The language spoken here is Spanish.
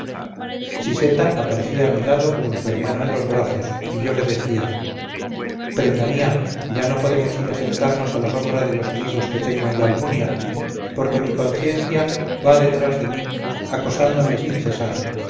encontraba siseta aparecía a mi lado con su hermano en los brazos y yo le decía prenda mía ya no podemos ir a sentarnos a la sombra de los olivos que tengo en la almunia porque mi conciencia va detrás de mí acosándome sin cesar